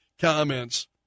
comments